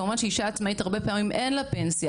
כמובן שלאישה עצמאית הרבה פעמים אין פנסיה